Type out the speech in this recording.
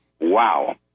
Wow